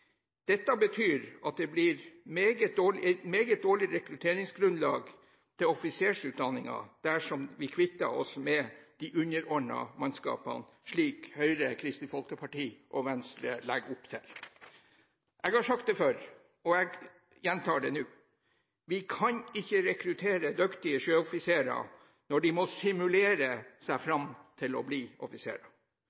Dette betyr at det blir et meget dårlig rekrutteringsgrunnlag til offisersutdanningen dersom vi kvitter oss med de underordnede mannskapene, slik Høyre, Kristelig Folkeparti og Venstre legger opp til. Jeg har sagt det før, og jeg gjentar det nå: Vi kan ikke rekruttere dyktige sjøoffiserer når de må simulere seg